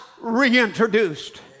reintroduced